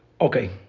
Okay